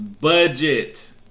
Budget